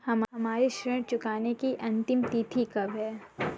हमारी ऋण चुकाने की अंतिम तिथि कब है?